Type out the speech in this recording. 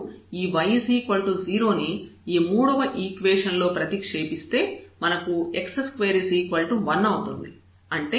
ఇప్పుడు ఈ y 0 ని ఈ మూడవ ఈక్వేషన్ లో ప్రతిక్షేపిస్తే మనకు x2 1 అవుతుంది